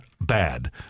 bad